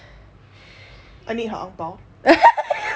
I need her ang bao